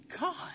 God